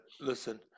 listen